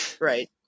Right